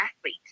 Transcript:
athlete